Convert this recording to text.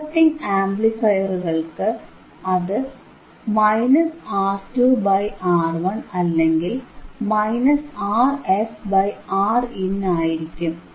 inverting ആംപ്ലിഫയറുകൾക്ക് അത് R2R1 അല്ലെങ്കിൽ RfRin ആിരിക്കും